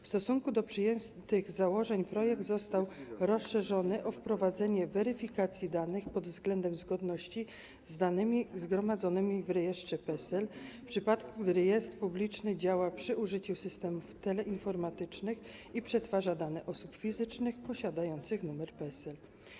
W stosunku do przyjętych założeń projekt został rozszerzony o wprowadzenie weryfikacji danych pod względem zgodności z danymi zgromadzonymi w rejestrze PESEL, w przypadku gdy rejestr publiczny działa przy użyciu systemów teleinformatycznych i przetwarza dane osób fizycznych posiadających numer PESEL.